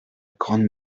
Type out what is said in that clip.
grande